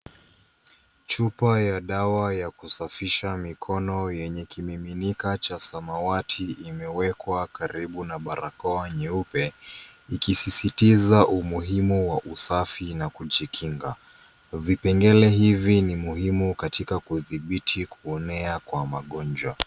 Chupa ya dawa ya kusafisha mikono yenye kimiminika cha samawati imewekwa karibu na barakoa nyeupe ikisisitiza umuhimu wa usafi na kujikinga. Vipengele hivi ni muhimu katika kudhibiti kuenea kwa magonjwa.